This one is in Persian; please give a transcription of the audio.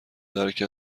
درک